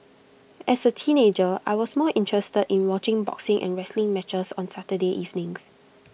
as A teenager I was more interested in watching boxing and wrestling matches on Saturday evenings